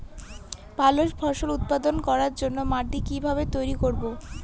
ভালো ফসল উৎপাদন করবার জন্য মাটি কি ভাবে তৈরী করব?